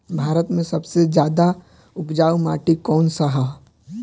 भारत मे सबसे ज्यादा उपजाऊ माटी कउन सा ह?